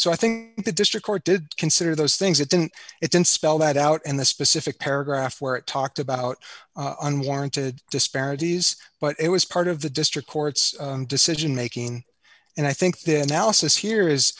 so i think the district court did consider those things that didn't it didn't spell that out and the specific paragraph where it talked about unwarranted disparities but it was part of the district court's decision making and i think this analysis here is